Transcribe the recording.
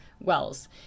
wells